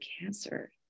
cancer